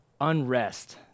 unrest